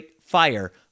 Fire